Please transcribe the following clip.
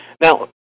Now